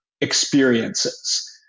experiences